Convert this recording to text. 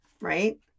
right